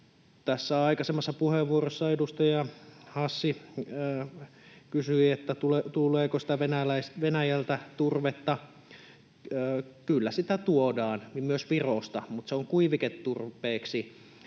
Tässä aikaisemmassa puheenvuorossa edustaja Hassi kysyi, että tuleeko Venäjältä turvetta. Kyllä sitä tuodaan ja myös Virosta, mutta se on kuiviketurpeeksi.